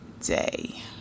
day